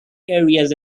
areas